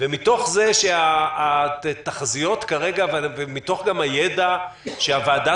ומתוך התחזיות כרגע ומתוך הידע שהוועדה